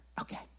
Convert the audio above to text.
Okay